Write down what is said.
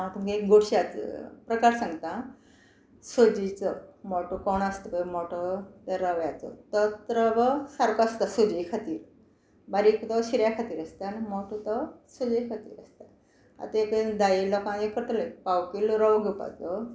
आतां हांव तुमकां एक गोडश्याचो प्रकार सांगता सोजीचो मोटो कोणो आसता पळय मोटो रवो त्या रव्याचो तोच रवो सारको आसता सोजे खातीर बारीक तो शिऱ्या खातीर आसता आनी मोटो तो सोजे खातीर आसता आतां एक धाये लोकां हें करतले पाव कील रवो घेवपाचो